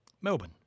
Melbourne